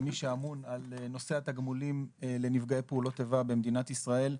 כמי שאמון על נושא התגמולים לנפגעי פעולות איבה במדינת ישראל,